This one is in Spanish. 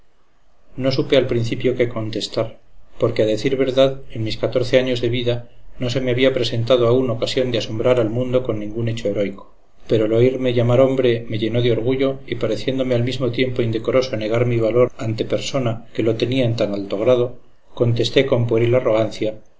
no supe al principio qué contestar porque a decir verdad en mis catorce años de vida no se me habíapresentado aún ocasión de asombrar al mundo con ningún hecho heroico pero el oírme llamar hombre me llenó de orgullo y pareciéndome al mismo tiempo indecoroso negar mi valor ante persona que lo tenía en tan alto grado contesté con pueril arrogancia